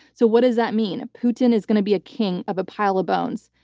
so what does that mean? ah putin is going to be a king of a pile of bones.